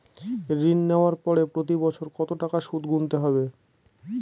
ঋণ নেওয়ার পরে প্রতি বছর কত টাকা সুদ গুনতে হবে?